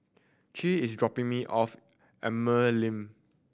Che is dropping me off Emerald Link